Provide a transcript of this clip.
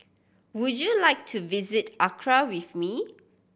would you like to visit Accra with me